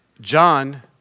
John